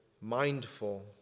mindful